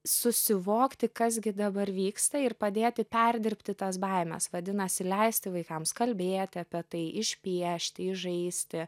susivokti kas gi dabar vyksta ir padėti perdirbti tas baimes vadinasi leisti vaikams kalbėti apie tai išpiešti išžaisti